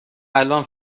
الان